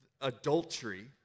adultery